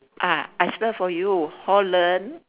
ah I spell for you holland